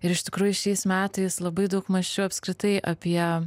ir iš tikrųjų šiais metais labai daug mąsčiau apskritai apie